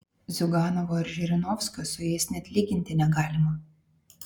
ziuganovo ar žirinovskio su jais net lyginti negalima